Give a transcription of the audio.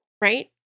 Right